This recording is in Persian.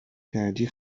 کردی